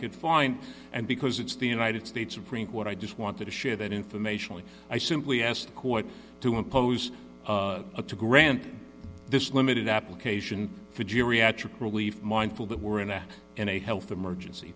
could find and because it's the united states supreme court i just wanted to share that information i simply asked quote to impose a to grant this limited application for geriatric relief mindful that we're in a in a health emergency